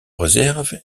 réserve